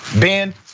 Ben